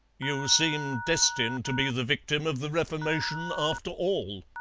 you seem destined to be the victim of the reformation, after all.